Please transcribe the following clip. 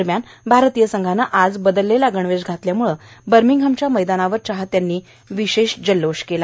दरम्यान भारतीय संघानं आज बदललेला गणवेश घातल्याम्ळं बर्मिघमच्या मैदानावर चाहत्यांनी विशेष जल्लोष केला